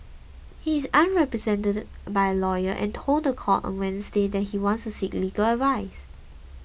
he is unrepresented by a lawyer and told the court on Wednesday that he wants to seek legal advice